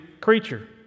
creature